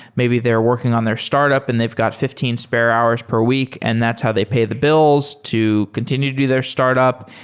maybe they're working on their startup and they've got fifteen spare hours per week, and that's how they pay the bills to continue to do their startup.